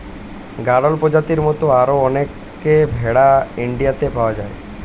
গাড়ল প্রজাতির মত আরো অনেক ভেড়া ইন্ডিয়াতে পাওয়া যায়